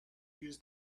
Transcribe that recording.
use